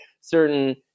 certain